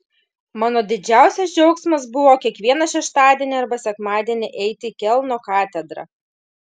mano didžiausias džiaugsmas buvo kiekvieną šeštadienį arba sekmadienį eiti į kelno katedrą